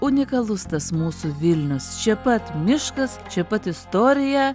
unikalus tas mūsų vilnius čia pat miškas čia pat istorija